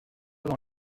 dans